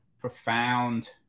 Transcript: profound